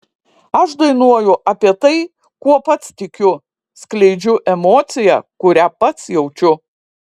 aš dainuoju apie tai kuo pats tikiu skleidžiu emociją kurią pats jaučiu